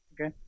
Okay